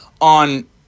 on